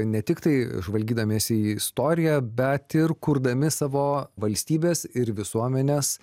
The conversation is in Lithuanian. ne tiktai žvalgydamiesi į istoriją bet ir kurdami savo valstybės ir visuomenės